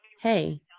Hey